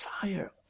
fire